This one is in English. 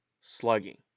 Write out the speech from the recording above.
slugging